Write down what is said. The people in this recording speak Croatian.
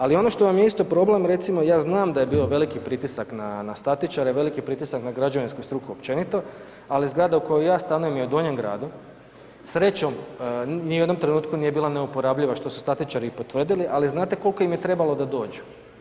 Ali ono što vam je isto problem recimo ja znam da je bio veliki pritisak na, na statičare, veliki pritisak na građevinsku struku općenito, ali zgrada u kojoj ja stanujem je u donjem gradu, srećom ni u jednom trenutku nije bila neuporabljiva, što su statičari i potvrdili, ali znate koliko im je trebalo da dođu?